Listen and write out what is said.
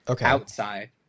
outside